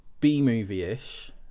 B-movie-ish